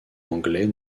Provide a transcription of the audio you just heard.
anglais